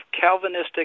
calvinistic